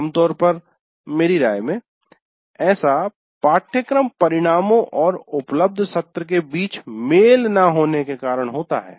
आम तौर पर मेरी राय में ऐसा पाठ्यक्रम परिणामों और उपलब्ध सत्र के बीच मेल न होने के कारण होता है